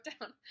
down